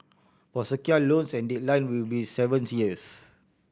for secured loans the deadline will be seventy years